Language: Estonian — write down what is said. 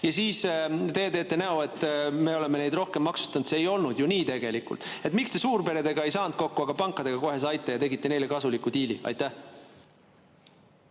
Ja siis te teete näo, et me oleme neid rohkem maksustanud. See ei olnud tegelikult ju nii. Miks te suurperedega ei saanud kokku, aga pankadega kohe saite ja tegite neile kasuliku diili? Aitäh!